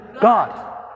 God